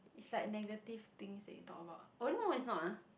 is like negative things that you talk about ah oh no is not ah